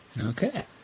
Okay